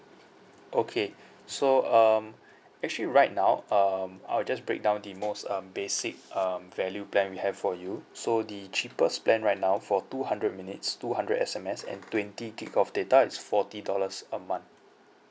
okay so um actually right now um I'll just break down the most um basic um value plan we have for you so the cheapest plan right now for two hundred minutes two hundred S_M_S and twenty gig of data is forty dollars a month